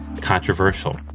controversial